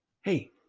hey